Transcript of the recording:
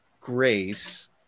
grace